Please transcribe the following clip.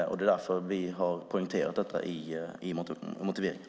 Det är detta vi poängterar i motiveringen.